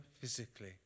physically